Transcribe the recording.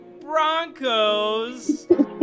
Broncos